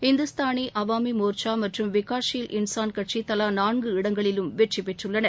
இந்துஸ்தானி அவாமி மோச்சா மற்றும் விகாஷ் ஷீல் இன்சான் கட்சி தவா நான்கு இடங்களிலும் வெற்றி பெற்றுள்ளன